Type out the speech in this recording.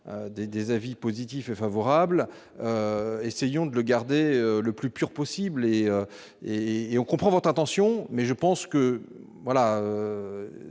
des avis positif et favorable, essayons de le garder le plus pur possible et et et on comprend votre attention, mais je pense que voilà,